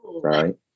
right